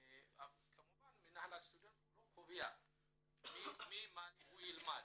כמובן מינהל הסטודנטים לא קובע מה אדם ילמד.